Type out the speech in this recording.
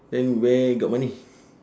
then where got money